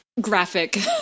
graphic